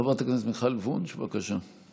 חברת הכנסת מיכל וונש, בבקשה.